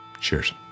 Cheers